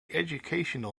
educational